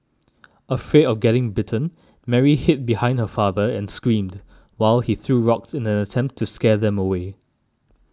afraid of getting bitten Mary hid behind her father and screamed while he threw rocks in an attempt to scare them away